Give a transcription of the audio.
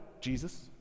Jesus